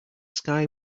sky